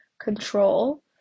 control